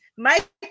Mike